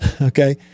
okay